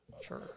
Sure